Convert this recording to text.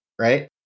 right